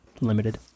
limited